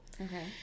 Okay